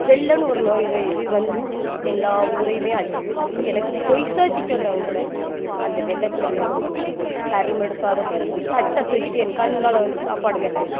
வெள்ளம்ன்னு ஒரு நோய் வீய் வந்து எல்லா ஊரையும் அழித்து போட்டு எனக்கு பொய் சாட்சி சொன்னவன் கூட அந்த வெள்ளத்தில் மிதந்து தர்மம் எடுக்காத குறையா தட்டை தூக்கிட்டு என் கண் முன்னால் வந்து சாப்பாடு கேட்டாங்க